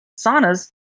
saunas